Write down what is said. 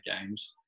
games